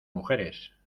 mujeres